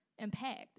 impact